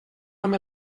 amb